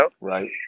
Right